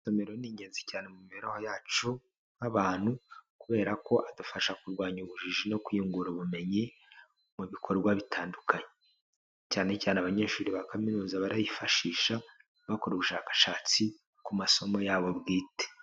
Isomero ni ingenzi cyane mu mibereho yacu nk'abantu kubera ko adufasha kurwanya ubujiji no kwiyungura ubumenyi mu bikorwa bitandukanye. Cyane cyane abanyeshuri ba kaminuza barayifashisha, bakora ubushakashatsi ku masomo yabo bwite.